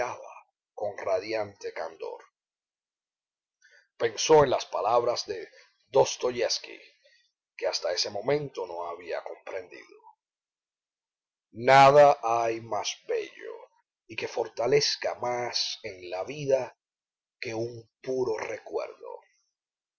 con radiante candor pensó en las palabras de dostojewsky que hasta ese momento no había comprendido nada hay más bello y que fortalezca más en la vida que un puro recuerdo